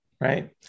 right